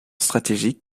stratégique